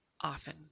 often